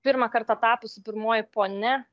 pirmą kartą tapusi pirmoji ponia